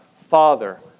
Father